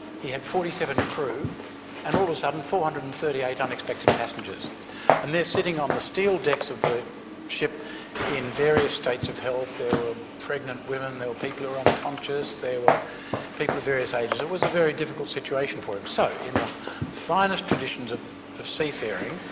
he had forty seven crew and all of a sudden four hundred and thirty eight unexpected passengers and they're sitting on the steel decks of the ship in various states of health there were pregnant women, there were people who were unconscious, there were people of various ages it was a very difficult situation for him. so in the finest traditions of of seafaring,